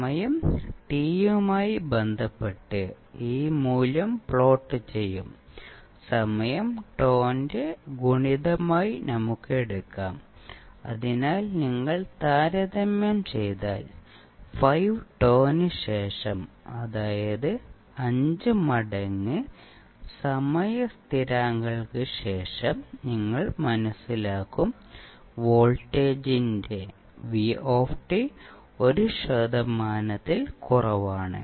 സമയം t യുമായി ബന്ധപ്പെട്ട് ഈ മൂല്യം പ്ലോട്ട് ചെയ്യും സമയം τ ന്റെ ഗുണിതമായി നമുക്ക് എടുക്കാം അതിനാൽ നിങ്ങൾ താരതമ്യം ചെയ്താൽ 5τ ന് ശേഷം അതായത് 5 മടങ്ങ് സമയ സ്ഥിരാങ്കങ്ങൾക്ക് ശേഷം നിങ്ങൾ മനസ്സിലാക്കും വോൾട്ടേജിന്റെ v ഒരു ശതമാനത്തിൽ കുറവാണ്